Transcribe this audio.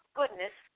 goodness